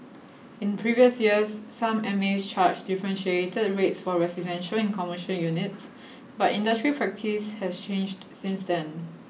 in previous years some M A S charged differentiated rates for residential and commercial units but industry practice has changed since then